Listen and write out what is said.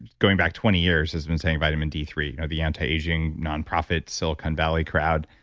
going back twenty years has been saying vitamin d three, the anti-aging, nonprofit, silicon valley crowd.